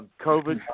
COVID